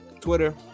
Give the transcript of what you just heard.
Twitter